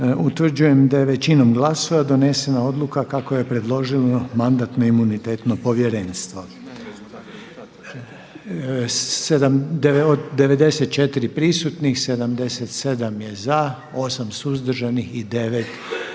Utvrđujem da je većinom glasova donesena odluka kako je predložilo Mandatno-imunitetno povjerenstvo. Od 94 prisutnih 77 je za, 8 suzdržanih i 9 protiv.